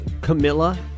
Camilla